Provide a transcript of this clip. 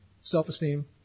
self-esteem